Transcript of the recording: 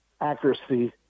accuracy